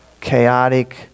chaotic